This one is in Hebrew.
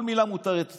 כל מילה מותרת אצלכם.